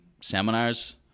seminars